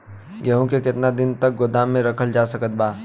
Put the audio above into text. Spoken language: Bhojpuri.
गेहूँ के केतना दिन तक गोदाम मे रखल जा सकत बा?